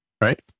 Right